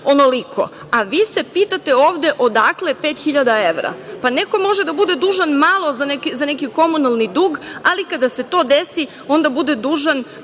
onoliko, a vi se pitate ovde odakle 5.000 evra? Neko može da bude dužan malo za neki komunalni dug, ali kada se to desi onda bude dužan